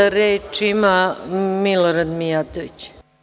Sad reč ima Milorad Mijatović.